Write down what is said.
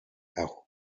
aho